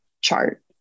chart